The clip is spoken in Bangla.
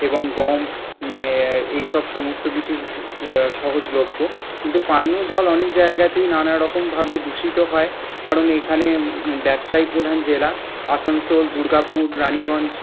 এবং গম এইসব সমস্ত কিছু সহজলভ্য কিন্তু পানীয় জল অনেক জায়গাতেই নানারকমভাবে দূষিত হয় কারণ এইখানে ব্যবসায়ী প্রধান জেলা আসানসোল দুর্গাপুর রানিগঞ্জ